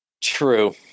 True